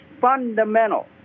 fundamental